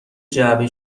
جعبه